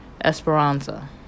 esperanza